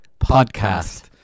Podcast